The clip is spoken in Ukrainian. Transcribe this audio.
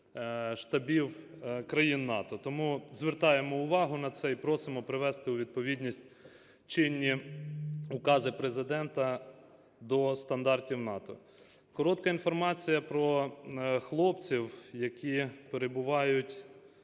штабів країн НАТО. Тому звертаємо увагу на це і просимо привести у відповідність чинні укази Президента до стандартів НАТО. Коротка інформація про хлопців, які перебувають